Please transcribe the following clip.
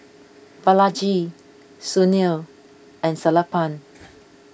Balaji Sunil and Sellapan